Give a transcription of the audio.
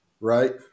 right